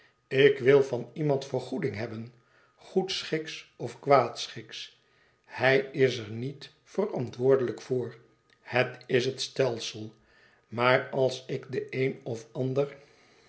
ik wil van iemand vergoeding hebben goedschiks of kwaadschiks h ij is er niet verantwoordelijk voor het is het stelsel maar als ik den een of ander